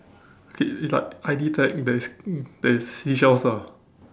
K it's like I_D tag that is that is seashells ah